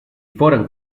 foren